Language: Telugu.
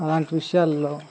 అలాంటి విషయాల్లో